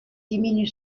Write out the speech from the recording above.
diminue